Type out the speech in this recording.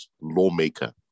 lawmaker